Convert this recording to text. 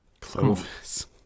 Clovis